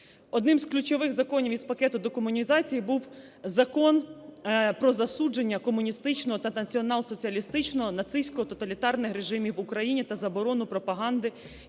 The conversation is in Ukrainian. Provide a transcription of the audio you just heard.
Одним із ключових законів із пакету декомунізації був Закон "Про засудження комуністичного та націонал-соціалістичного (нацистського) тоталітарних режимів в Україні та заборону пропаганди